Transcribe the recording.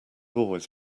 always